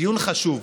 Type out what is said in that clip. דיון חשוב.